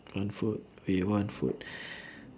want food we want food